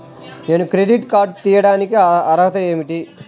నేను credit card తీయడానికి అర్హత ఏమిటి?